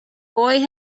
boy